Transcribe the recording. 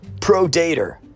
Pro-dater